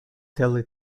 telly